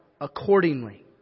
accordingly